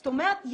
זאת אומרת,